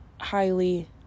highly